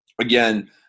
again